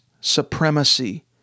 supremacy